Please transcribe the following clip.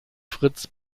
fritz